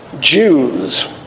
Jews